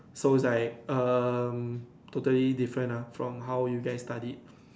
so it's like um totally different lah from how you guys studied